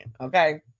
okay